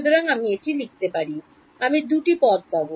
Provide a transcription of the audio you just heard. সুতরাং আমি লিখব আমি 2 পদ পাব